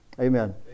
Amen